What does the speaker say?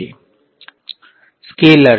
વિદ્યાર્થી સ્કેલર્સ